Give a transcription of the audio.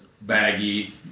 baggy